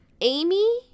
Amy